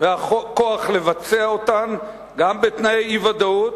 והכוח לבצע אותן גם בתנאי אי-ודאות,